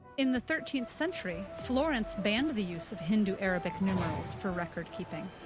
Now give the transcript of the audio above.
in the thirteenth century, florence banned the use of hindu-arabic numerals for record keeping.